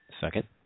Second